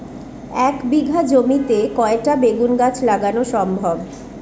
এক বিঘা জমিতে কয়টা বেগুন গাছ লাগানো সম্ভব?